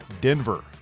Denver